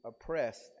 oppressed